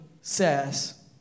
says